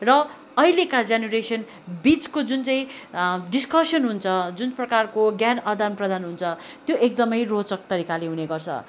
र अहिलेका जेनेरेसन बिचको जुन चाहिँ डिस्कसन हुन्छ जुन प्रकारको ज्ञान आदान प्रदान हुन्छ त्यो एकदमै रोचक तरिकाले हुने गर्छ